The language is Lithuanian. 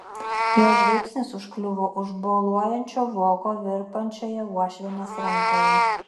jo žvilgsnis užkliuvo už boluojančio voko virpančioje uošvienės rankoje